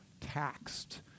taxed